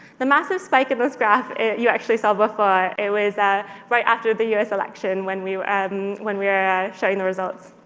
the massive spike in this graph you actually saw before it was ah right after the us election when we um when we were showing the results.